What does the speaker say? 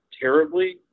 terribly